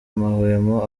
amahwemo